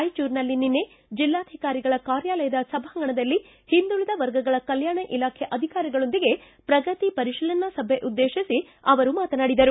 ರಾಯಚೂರಿನಲ್ಲಿ ನಿನ್ನೆ ಜಿಲ್ಲಾಧಿಕಾರಿಗಳ ಕಾರ್ಯಾಲಯದ ಸಭಾಂಗಣದಲ್ಲಿ ಹಿಂದುಳಿದ ವರ್ಗಗಳ ಕಲ್ನಾಣ ಇಲಾಖೆ ಅಧಿಕಾರಿಗಳೊಂದಿಗೆ ಪ್ರಗತಿ ಪರಿಶೀಲನಾ ಸಭೆ ಉದ್ದೇಶಿಸಿ ಅವರು ಮಾತನಾಡಿದರು